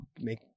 make